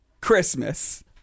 Christmas